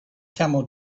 camel